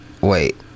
wait